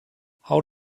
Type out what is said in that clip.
how